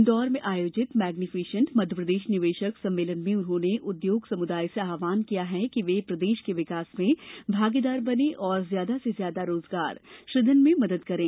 इंदौर में आयोजित मैग्नीफिसेंट मध्यप्रदेश निवेशक सम्मेलन में उन्होंने उद्योग समुदाय से आव्हान किया कि वे प्रदेश के विकास में भागीदार बनें और ज्यादा से ज्यादा रोजगार सुजन में मदद करें